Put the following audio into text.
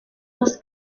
was